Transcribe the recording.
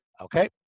Okay